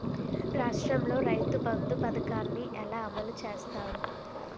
రాష్ట్రంలో రైతుబంధు పథకాన్ని ఎలా అమలు చేస్తారు?